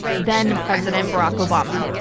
then president barack obama.